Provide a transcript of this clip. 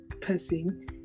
person